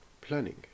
planning